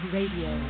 Radio